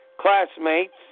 classmates